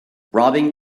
robbing